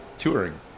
touring